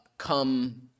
Come